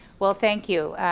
well thank you.